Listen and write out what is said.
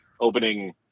opening